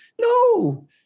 no